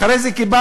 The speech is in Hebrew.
אחרי זה קיבלנו,